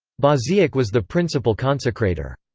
baziak was the principal consecrator.